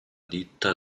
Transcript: ditta